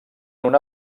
una